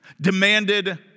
demanded